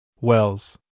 Wells